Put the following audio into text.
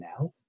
now